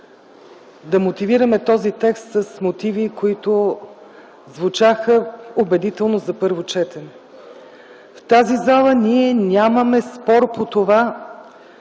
да мотивираме този текст с мотиви, които звучаха убедително за първо четене. В тази зала ние нямаме спор по това